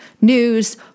news